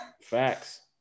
Facts